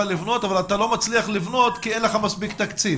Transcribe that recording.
לבנות אבל אתה לא מצליח לבנות כי אין לך מספיק תקציב.